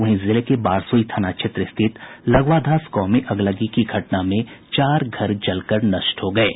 वहीं जिले के बारसोई थाना क्षेत्र स्थित लगवादास गांव में अगलगी की घटना में चार घर जलकर नष्ट हो गये